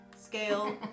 scale